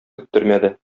көттермәде